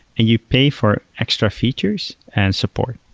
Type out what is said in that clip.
and you pay for extra features and support.